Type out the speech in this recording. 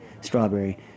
Strawberry